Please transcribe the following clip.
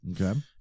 Okay